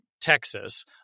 Texas